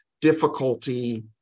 difficulty